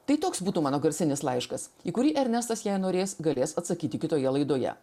tai toks būtų mano garsinis laiškas į kurį ernestas jei norės galės atsakyti kitoje laidoje